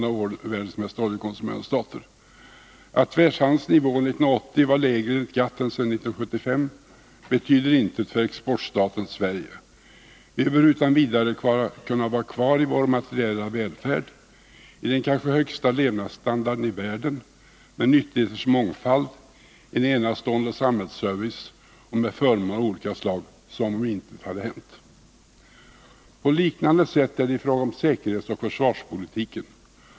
Att världshandelns nivå 1980 enligt GATT var lägre än sedan 1975 betyder intet för exportstaten Sverige. Vi bör utan vidare kunna vara kvar i vår materiella välfärd, i den kanske högsta levnadsstandarden i världen, med nyttigheters mångfald, en enastående samhällsservice och med förmåner av olika slag, som om intet hade hänt. På liknande sätt är det i fråga om säkerhetsoch försvarspolitiken.